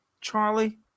Charlie